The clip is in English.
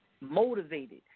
Motivated